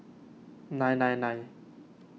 nine nine nine